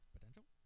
Potential